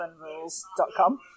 rules.com